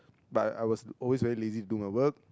but I was always very lazy to do my work